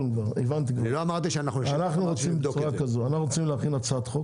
אנחנו רוצים להכין הצעת חוק,